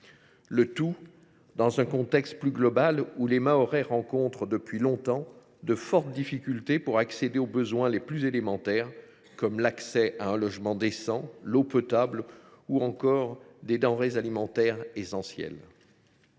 le tout dans un contexte plus global où les Mahorais rencontrent depuis longtemps de fortes difficultés pour accéder aux besoins les plus élémentaires, comme l’accès à un logement décent, à l’eau potable, ou à des denrées alimentaires essentielles.